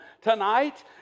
tonight